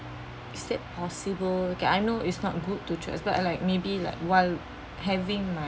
is that possible K I know it's not good to choose but like maybe like while having my